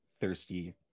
thirsty